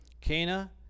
Cana